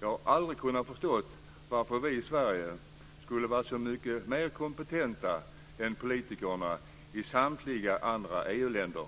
Jag har aldrig kunnat förstå varför vi i Sverige skulle vara så mycket mer kompetenta än politikerna i samtliga andra EU-länder.